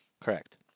Correct